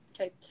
Okay